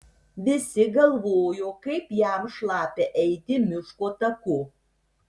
visi galvojo kaip jam šlapia eiti miško taku